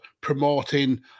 promoting